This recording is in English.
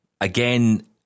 again